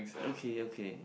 okay okay